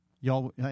Y'all